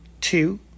Two